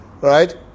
right